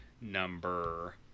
number